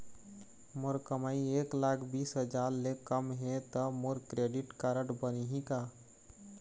मोर कमाई एक लाख बीस हजार ले कम हे त मोर क्रेडिट कारड बनही का?